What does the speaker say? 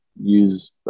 use